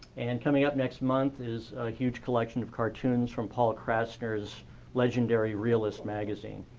and coming up next month is a huge collection of cartoons from paul krasner's legendary realist magazine